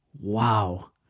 Wow